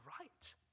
right